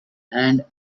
and